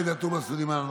עאידה תומא סלימאן,